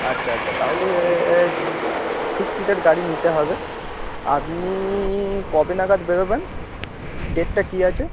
আচ্ছা আচ্ছা তাহলে সিক্স সিটেড গাড়ি নিতে হবে আপনি কবে নাগাদ বেরোবেন ডেটটা কী আছে